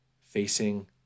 facing